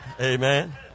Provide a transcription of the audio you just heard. Amen